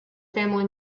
family